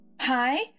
Hi